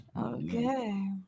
Okay